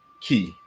key